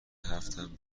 هفتم